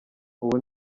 ubu